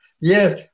Yes